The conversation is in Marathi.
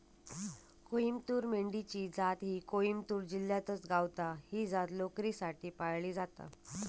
कोईमतूर मेंढी ची जात ही कोईमतूर जिल्ह्यातच गावता, ही जात लोकरीसाठी पाळली जाता